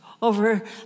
over